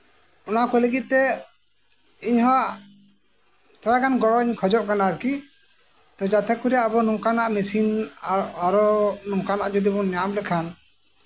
ᱚᱱᱟᱠᱚ ᱞᱟᱹᱜᱤᱫ ᱛᱮ ᱤᱧ ᱦᱚᱸ ᱛᱷᱚᱲᱟᱧ ᱜᱚᱲᱚᱧ ᱠᱷᱚᱡᱚᱜ ᱠᱟᱱᱟ ᱟᱨᱠᱤ ᱡᱟᱛᱮ ᱠᱚᱨᱮ ᱱᱚᱝᱠᱟᱱᱟᱜ ᱢᱮᱥᱤᱱ ᱟᱨᱚ ᱟᱨᱚ ᱱᱚᱝᱠᱟᱱᱟᱜ ᱡᱚᱫᱤ ᱵᱚᱱ ᱧᱟᱢ ᱞᱮᱠᱷᱟᱱ